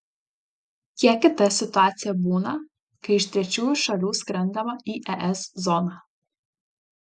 kiek kita situacija būna kai iš trečiųjų šalių skrendama į es zoną